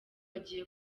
agiye